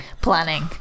planning